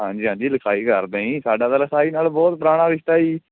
ਹਾਂਜੀ ਹਾਂਜੀ ਲਿਖਾਈ ਕਰਦੇ ਜੀ ਸਾਡਾ ਤਾਂ ਲਿਖਾਈ ਨਾਲ ਬਹੁਤ ਪੁਰਾਣਾ ਰਿਸ਼ਤਾ ਜੀ